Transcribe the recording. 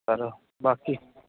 sir ਬਾਕੀ